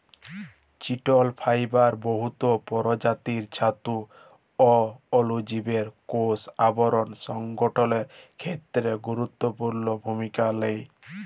চিটিল ফাইবার বহুত পরজাতির ছাতু অ অলুজীবের কষ আবরল সংগঠলের খ্যেত্রে গুরুত্তপুর্ল ভূমিকা লেই